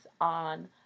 on